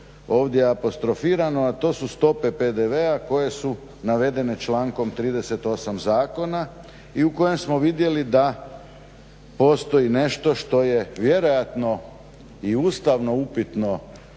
ovdje apostrofirano a to su stope PDV-a koje su navedene člankom 38.zakona i u kojem smo vidjeli da postoji nešto što je vjerojatno i ustavno upitno